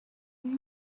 and